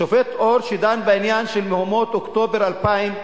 השופט אור, שדן בעניין של מהומות אוקטובר 2000,